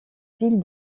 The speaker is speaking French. ville